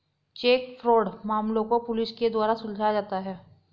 check fraud मामलों को police के द्वारा सुलझाया जाता है